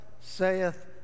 saith